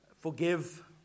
Forgive